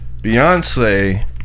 Beyonce